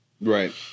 Right